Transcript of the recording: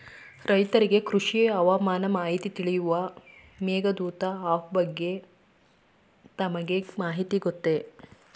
ರೈತರಿಗೆ ಕೃಷಿ ಹವಾಮಾನ ಮಾಹಿತಿ ತಿಳಿಸುವ ಮೇಘದೂತ ಆಪ್ ಬಗ್ಗೆ ತಮಗೆ ಮಾಹಿತಿ ಗೊತ್ತೇ?